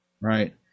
Right